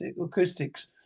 acoustics